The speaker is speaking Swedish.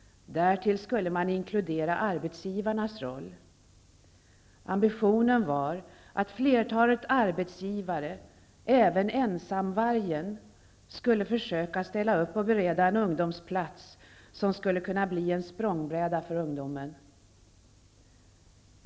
Därtill skulle man inkludera arbetsgivarnas roll. Ambitionen var att flertalet arbetsgivare, även ensamvargen, skulle försöka ställa upp och bereda en ungdomsplats, som skulle kunna bli en språngbräda för ungdomen.